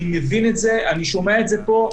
אני מבין את זה ואני שומע את זה פה,